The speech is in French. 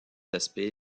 aspects